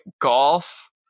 golf